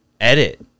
edit